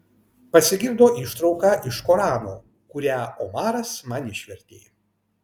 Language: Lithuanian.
pasigirdo ištrauka iš korano kurią omaras man išvertė